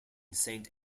saint